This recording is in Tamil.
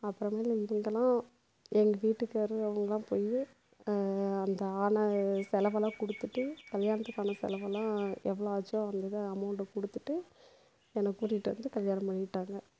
அப்புறமேலு இதை இதெலாம் எங்கள் வீட்டுக்காரு அவங்கலாம் போய் அந்த ஆன செலவெல்லாம் கொடுத்துட்டு கல்யாணத்துக்கான செலவெல்லாம் எவ்வளோ ஆச்சோ அந்த இத அமௌண்ட்டை கொடுத்துட்டு என்னை கூட்டிகிட்டு வந்து கல்யாணம் பண்ணிக்கிட்டாங்க